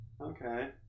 Okay